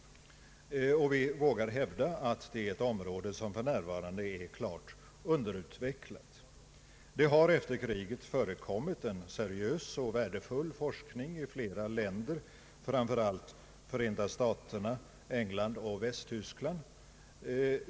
Vi vågar hävda att denna forskning i vårt land för närvarande är klart underutvecklad. Det har på detta område efter kriget förekommit en seriös och värdefull forskning i flera länder, framför allt Förenta staterna, England och Västtyskland.